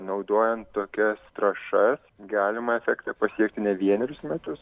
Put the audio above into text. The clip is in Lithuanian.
naudojant tokias trąšas galima efektą pasiekti ne vienerius metus